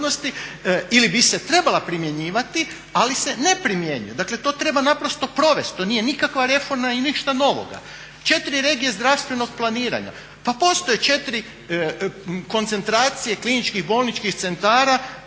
ili bi se trebala primjenjivati ali se ne primjenjuje. Dakle to treba naprosto provesti, to nije nikakva reforma i ništa novoga. Četiri regije zdravstvenog planiranja, pa postoje četiri koncentracije kliničkih bolničkih centara